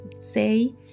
say